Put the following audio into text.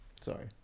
Sorry